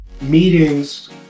meetings